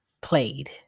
played